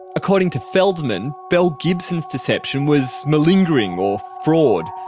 according to feldman, belle gibson's deception was malingering or fraud,